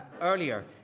earlier